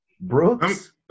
Brooks